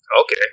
okay